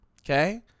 Okay